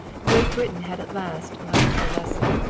great britain had at last learned her lesson,